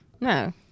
No